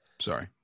Sorry